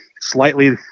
slightly